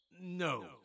No